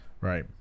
Right